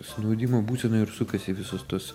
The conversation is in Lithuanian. snaudimo būsenoj ir sukasi visos tos